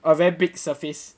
a very big surface